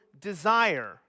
desire